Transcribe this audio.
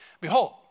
behold